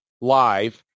live